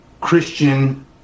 Christian